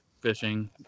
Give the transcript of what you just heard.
fishing